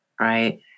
right